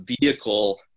vehicle